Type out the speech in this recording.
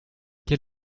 quel